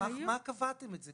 על סמך מה קבעתם את זה?